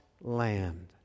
land